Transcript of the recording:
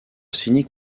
cynique